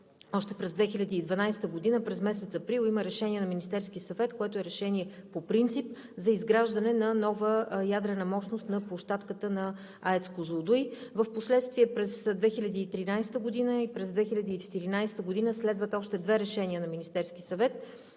още през 2012 г. през месец април има решение на Министерския съвет, което е решение по принцип, за изграждане на нова ядрена мощност на площадката на АЕЦ „Козлодуй“. Впоследствие през 2013 г. и през 2014 г. следват още две решения на Министерския съвет